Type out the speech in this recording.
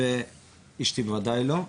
ואשתי בוודאי לא.